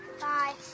Bye